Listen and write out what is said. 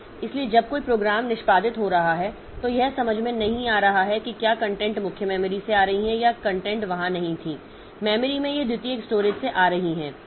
इसलिए जब कोई प्रोग्राम निष्पादित हो रहा है तो यह समझ में नहीं आ रहा है कि क्या कंटेंट मुख्य मेमोरी से आ रही है या कंटेंट वहाँ नहीं थी मेमोरी में यह द्वितीयक स्टोरेज से आ रही है